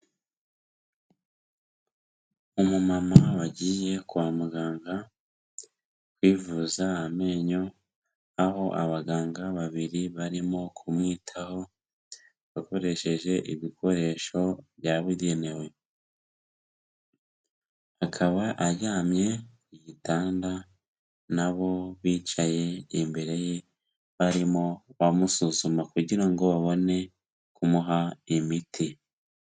Umumama wagiye kwa muganga kwivuza amenyo aho abaganga babiri barimo kumwitaho bakoresheje ibikoresho byabugenewe, akaba aryamye igitanda nabo bicaye imbere ye barimo bamumusuzuma kugira ngo babone kumuha imiti.